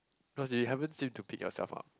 because you haven't seemed to pick yourself up